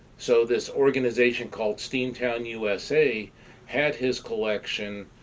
so this organization called steamtown usa had his collection